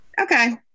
Okay